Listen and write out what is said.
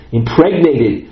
impregnated